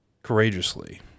courageously